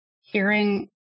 hearing